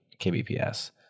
kbps